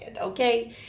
okay